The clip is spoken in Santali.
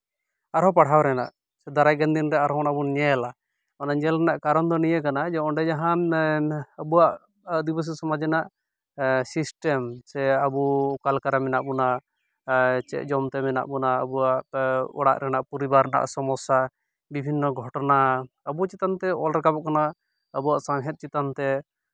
ᱟᱨᱦᱚᱸ ᱯᱟᱲᱦᱟᱣ ᱨᱮᱱᱟᱜ ᱥᱮ ᱫᱟᱨᱟᱭ ᱠᱟᱱ ᱫᱤᱱᱨᱮ ᱟᱨᱦᱚᱸ ᱚᱱᱟᱵᱚᱱ ᱧᱮᱞᱟ ᱚᱱᱟ ᱧᱮᱞ ᱨᱮᱭᱟᱜ ᱠᱟᱨᱚᱱ ᱫᱚ ᱱᱤᱭᱟᱹ ᱠᱟᱱᱟ ᱚᱸᱰᱮ ᱡᱟᱦᱟᱱ ᱟᱵᱚᱣᱟᱜ ᱟᱹᱫᱤᱵᱟᱹᱥᱤ ᱥᱚᱢᱟᱡᱽ ᱨᱮᱱᱟᱜ ᱥᱤᱥᱴᱮᱢ ᱥᱮ ᱟᱵᱚ ᱚᱠᱟ ᱞᱮᱠᱟᱨᱮ ᱢᱮᱱᱟᱜ ᱵᱚᱱᱟ ᱪᱮᱜ ᱡᱚᱢ ᱛᱮ ᱢᱮᱱᱟᱜ ᱵᱚᱱᱟ ᱟᱵᱚᱣᱟᱟᱜ ᱚᱲᱟᱜ ᱨᱮᱱᱟᱜ ᱯᱚᱨᱤᱵᱟᱨ ᱨᱮᱱᱟᱜ ᱥᱚᱢᱚᱥᱥᱟ ᱵᱤᱵᱷᱤᱱᱱᱚ ᱜᱷᱚᱴᱚᱱᱟ ᱟᱵᱚ ᱪᱮᱛᱟᱱ ᱛᱮ ᱚᱞ ᱨᱟᱠᱟᱵᱚᱜ ᱠᱟᱱᱟ ᱟᱵᱚᱣᱟᱜ ᱥᱟᱶᱦᱮᱫ ᱪᱮᱛᱟᱱ ᱛᱮ